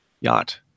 yacht